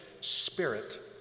spirit